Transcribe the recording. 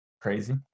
crazy